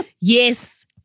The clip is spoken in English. Yes